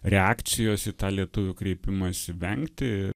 reakcijos į tą lietuvių kreipimąsi vengti